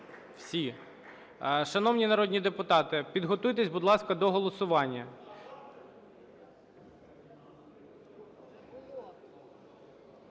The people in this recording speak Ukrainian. Всі. Шановні народні депутати, підготуйтеся, будь ласка, до голосування.